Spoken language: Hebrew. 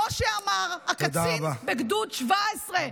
כמו שאמר הקצין בגדוד 17,